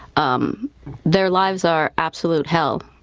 um their lives are absolute hell.